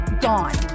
gone